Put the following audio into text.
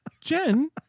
Jen